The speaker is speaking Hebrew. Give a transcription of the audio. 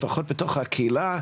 לפחות בתוך הקהילה,